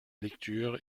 lecture